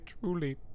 truly